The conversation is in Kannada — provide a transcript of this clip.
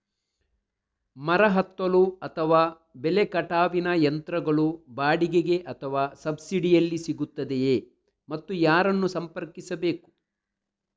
ಮರ ಹತ್ತಲು ಅಥವಾ ಬೆಲೆ ಕಟಾವಿನ ಯಂತ್ರಗಳು ಬಾಡಿಗೆಗೆ ಅಥವಾ ಸಬ್ಸಿಡಿಯಲ್ಲಿ ಸಿಗುತ್ತದೆಯೇ ಮತ್ತು ಯಾರನ್ನು ಸಂಪರ್ಕಿಸಬೇಕು?